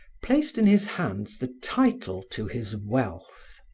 placed in his hands the title to his wealth.